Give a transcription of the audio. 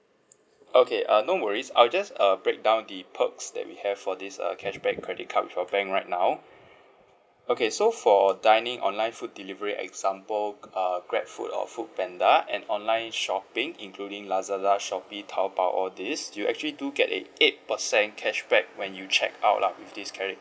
okay uh no worries I'll just uh break down the perks that we have for this uh cashbank credit card with our bank right now okay so for dining online food delivery example uh grab food or food panda and online shopping including lazada shopee taobao all this you actually do get a eight percent cashback when you check out lah with this credit